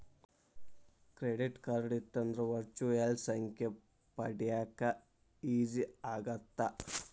Credit card ಇತ್ತಂದ್ರ virtual ಸಂಖ್ಯೆ ಪಡ್ಯಾಕ ಈಜಿ ಆಗತ್ತ?